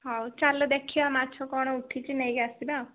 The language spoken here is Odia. ହଉ ଚାଲ ଦେଖିବା ମାଛ କ'ଣ ଉଠିଛି ନେଇକି ଆସିବା ଆଉ